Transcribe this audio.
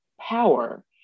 power